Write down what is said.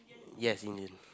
yes indian